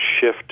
shift